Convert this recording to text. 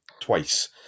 Twice